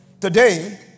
Today